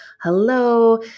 hello